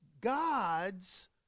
God's